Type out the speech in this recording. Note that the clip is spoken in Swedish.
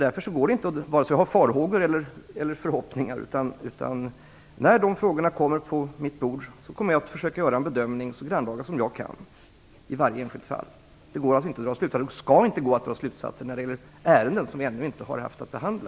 Därför går det inte att ha vare sig farhågor eller förhoppningar, utan när frågorna hamnar på mitt bord kommer jag att i varje enskilt fall försöka göra en så grannlaga bedömning som jag kan. Det går alltså inte, och det skall inte gå, att i en interpellationsdebatt dra slutsatser när det gäller ärenden som man ännu inte haft att behandla.